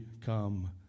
come